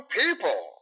people